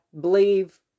believe